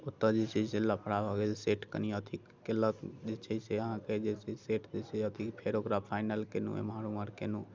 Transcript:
ओतय जे छै से लफड़ा भऽ गेल सेठ कनि अथि कयलक जे छै से अहाँके जे छै से सेठ जे छै से अथि फेर ओकरा फाइनल केलहुँ एम्हर ओम्हर केलहुँ